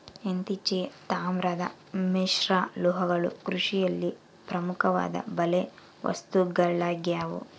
ಇತ್ತೀಚೆಗೆ, ತಾಮ್ರದ ಮಿಶ್ರಲೋಹಗಳು ಜಲಕೃಷಿಯಲ್ಲಿ ಪ್ರಮುಖವಾದ ಬಲೆ ವಸ್ತುಗಳಾಗ್ಯವ